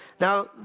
Now